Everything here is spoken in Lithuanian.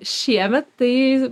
šiemet tai